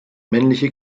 männliche